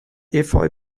efeu